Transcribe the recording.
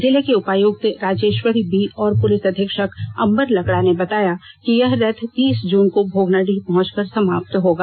जिले की उपायुक्त राजेष्वरी बी और पुलिस अधीक्षक अंबर लकड़ा ने बताया कि यह रथ तीस जून को भोगनाडीह पहुंचकर सामाप्त होगा